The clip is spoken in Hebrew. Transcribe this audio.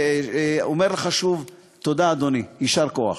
ואני אומר לך שוב, תודה, אדוני, יישר כוח.